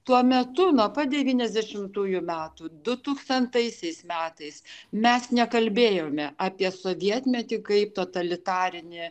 tuo metu nuo pat devyniasdešimtųjų metų dutūkstantaisiais metais mes nekalbėjome apie sovietmetį kaip totalitarinį